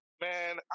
Man